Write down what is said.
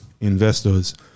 investors